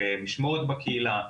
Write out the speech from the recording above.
משמורת בקהילה,